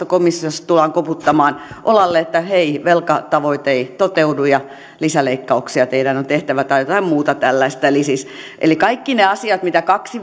komissiosta tullaan koputtamaan olalle että hei velkatavoite ei toteudu ja lisäleikkauksia teidän on tehtävä tai jotain muuta tällaista eli kaikki ne asiat mitä kaksi